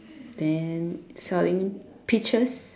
then selling peaches